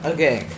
Okay